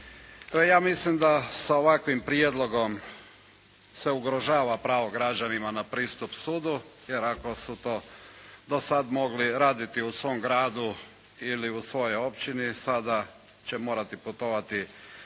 ja mislim da sa ovakvim prijedlogom se ugrožava pravo građanima na pristup sudu, jer ako su to do sada mogli raditi u svom gradu ili u svojoj općini, sada će morati putovati